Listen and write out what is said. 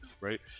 right